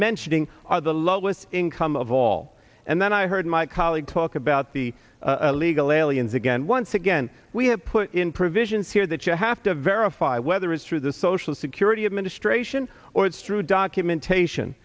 mentioning are the lowest income of all and then i heard my colleague talk about the illegal aliens again once again we have put in provisions here that you have to verify whether it's through the social security administration or it's true documentation